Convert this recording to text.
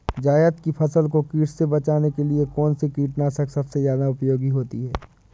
जायद की फसल को कीट से बचाने के लिए कौन से कीटनाशक सबसे ज्यादा उपयोगी होती है?